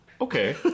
okay